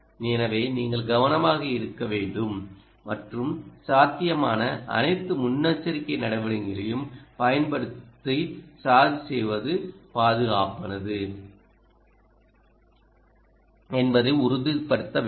எனவேநீங்கள் கவனமாக இருக்க வேண்டும் மற்றும் சாத்தியமான அனைத்து முன்னெச்சரிக்கை நடவடிக்கைகளையும் பயன்படுத்த சார்ஜ் செய்வது பாதுகாப்பானது என்பதை உறுதிப்படுத்தவேண்டும்